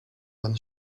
than